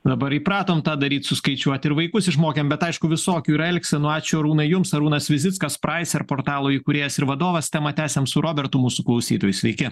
dabar įpratom tą daryt suskaičiuot ir vaikus išmokėm bet aišku visokių yra elgsenų ačiū arūnai jums arūnas vizickas praiser portalo įkūrėjas ir vadovas temą tęsiam su robertu mūsų klausytoju sveiki